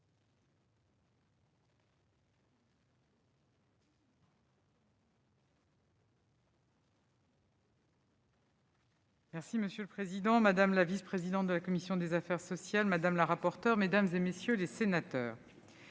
Monsieur le président, madame la vice-présidente de la commission des affaires sociales, madame la rapporteure, mesdames, messieurs les sénateurs,